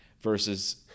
versus